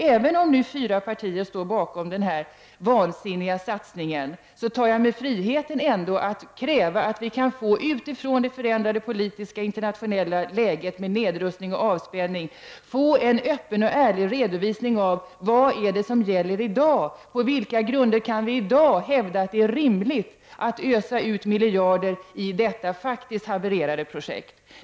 Även om fyra partier står bakom denna vansinniga satsning, tar jag mig friheten att kräva att vi, utifrån det förändrade internationella politiska läget med nedrustning och avspänning, får en öppen och ärlig redovisning av vad det är som gäller i dag. På vilka grunder kan vi i dag hävda att det är rimligt att ösa ut miljarder på detta faktiskt havererade projekt?